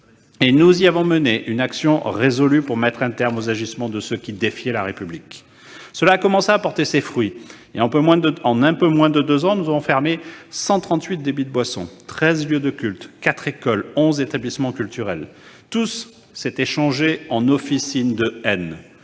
et y a mené une action résolue pour mettre un terme aux agissements de ceux qui défiaient la République. Cela a commencé à porter ses fruits. En un peu moins de deux ans, nous avons pu fermer cent trente-huit débits de boisson, treize lieux de culte, quatre écoles et onze établissements culturels. Tous s'étaient changés en officine de haine,